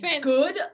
Good